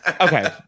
okay